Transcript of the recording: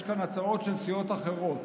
יש כאן הצעות של סיעות אחרות.